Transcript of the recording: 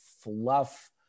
fluff